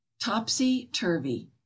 Topsy-turvy